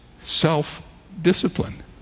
self-discipline